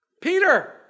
Peter